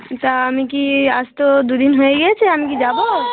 তা আমি কি আজ তো দুদিন হয়ে গিয়েছে আমি কি যাব